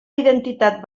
identitat